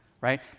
right